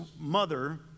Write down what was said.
mother